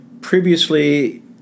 Previously